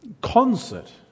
concert